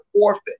forfeit